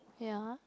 ya